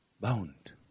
Bound